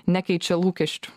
nekeičia lūkesčių